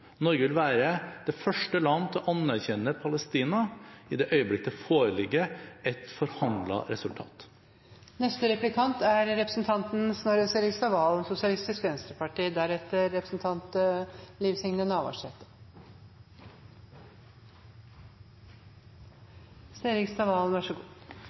Norge vil være det første land til å anerkjenne Palestina i det øyeblikk det foreligger et forhandlet resultat. Vi har fått brakt på det rene at regjeringen og utenriksministeren er